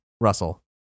russell